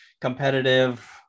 competitive